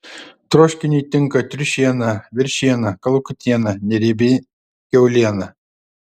troškiniui tinka triušiena veršiena kalakutiena neriebi kiauliena